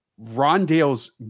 Rondale's